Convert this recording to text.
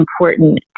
important